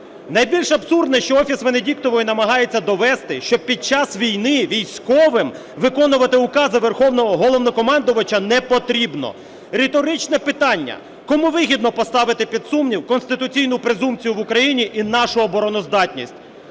Найбільш абсурдне, що Офіс Венедіктової намагається довести, що під час війни військовим виконувати укази Верховного Головнокомандувача не потрібно. Риторичне питання. Кому вигідно поставити під сумнів конституційну презумпцію в Україні і нашу обороноздатність?